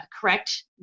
correct